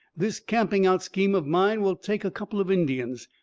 this camping-out scheme of mine will take a couple of indians.